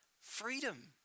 freedom